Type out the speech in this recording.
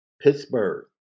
Pittsburgh